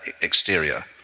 exterior